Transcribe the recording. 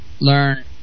learn